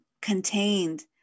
contained